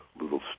little